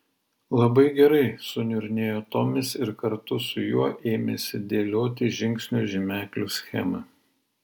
labai gerai suniurnėjo tomis ir kartu su juo ėmėsi dėlioti žingsnių žymeklių schemą